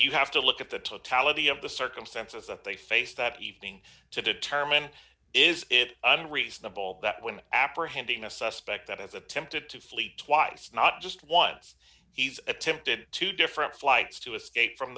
you have to look at the totality of the circumstances that they face that evening to determine is it unreasonable that when apprehending a suspect that has attempted to flee twice not just once he's attempted two different flights to escape from